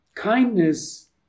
Kindness